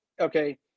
okay